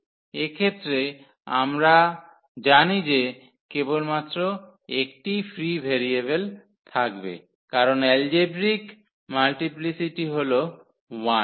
এক্ষেত্রে আমরা জানি যে কেবলমাত্র একটিই ফ্রি ভেরিয়েবল থাকবে কারণ এলজেব্রিক মাল্টিপ্লিসিটি হল 1